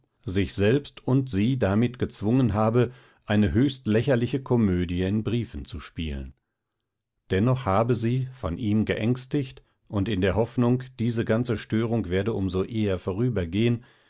sich selbst und sie damit gezwungen habe eine höchst lächerliche komödie in briefen zu spielen dennoch habe sie von ihm geängstigt und in der hoffnung diese ganze störung werde um so eher vorübergehen